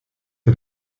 est